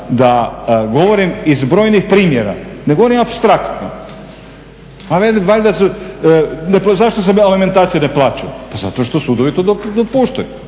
da, govorim iz brojnih primjera, ne govorim apstraktno. Zašto se alimentacije ne plaćaju? Pa zato što sudovi to dopuštaju.